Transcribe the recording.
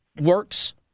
works